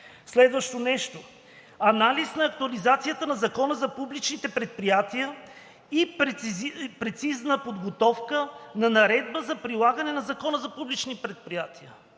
Следващо нещо – анализ на актуализацията на Закона за публичните предприятия и прецизна подготовка на Наредба за прилагане на Закона за публични предприятия.